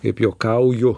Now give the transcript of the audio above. kaip juokauju